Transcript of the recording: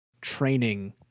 training